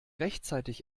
rechtzeitig